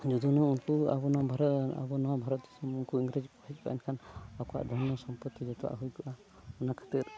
ᱡᱩᱫᱤ ᱱᱚᱣᱟ ᱩᱱᱠᱩ ᱟᱵᱚ ᱱᱚᱣᱟ ᱵᱷᱟᱨᱚᱛ ᱟᱵᱚ ᱱᱚᱣᱟ ᱵᱷᱟᱨᱚᱛ ᱫᱤᱥᱚᱢ ᱩᱱᱠᱩ ᱤᱝᱨᱮᱡᱽ ᱠᱚᱠᱚ ᱦᱮᱡ ᱠᱚᱜᱼᱟ ᱮᱱᱠᱷᱟᱱ ᱟᱠᱚᱣᱟᱜ ᱫᱷᱚᱨᱢᱚ ᱥᱚᱢᱯᱚᱛᱛᱤ ᱡᱚᱛᱚᱣᱟᱜ ᱦᱩᱭ ᱠᱚᱜᱼᱟ ᱚᱱᱟ ᱠᱷᱟᱹᱛᱤᱨ